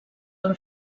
amb